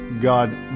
God